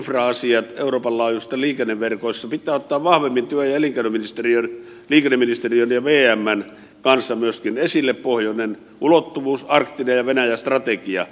euroopan laajuisissa liikenneverkoissa pitää ottaa vahvemmin työ ja elinkeinoministeriön liikenneministeriön ja vmn kanssa myöskin esille pohjoinen ulottuvuus arktinen ja venäjä strategia